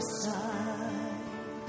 side